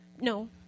no